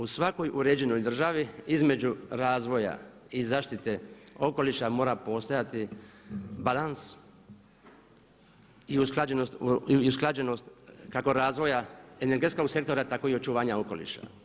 U svakoj uređenoj državi između razvoja i zaštite okoliša mora postojati balans i usklađenost kako razvoja energetskog sektora, tako i očuvanja okoliša.